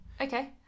Okay